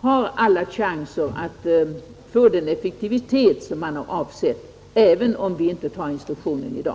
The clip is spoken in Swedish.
har alla chanser att få den effektivitet som avsetts, även om riksdagen inte beslutar om instruktionen i dag.